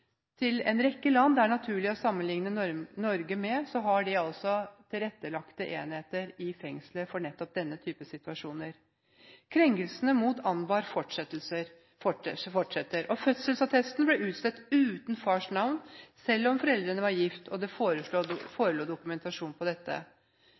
til en rekke land det er naturlig å sammenligne Norge med, og der har de tilrettelagte enheter i fengsler for nettopp denne typen situasjoner. Krenkelsene mot Anbar fortsatte. Fødselsattesten ble utstedt uten fars navn, selv om foreldrene var gift og det